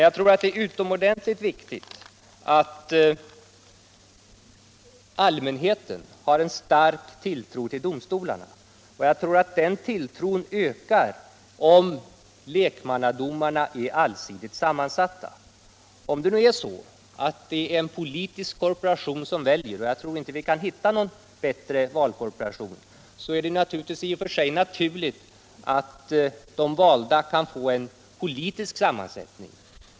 Jag tror att det är utomordentligt viktigt att allmänheten har en stark tilltro till domstolarna och jag tror att den tilltron ökar om lekmannanämnderna är allsidigt sammansatta. Om det nu är en politisk korporation som väljer — och jag tror inte att vi kan hitta någon bättre valkorporation — är det i och för sig naturligt att den grupp som väljs kan få en politisk sammansättning.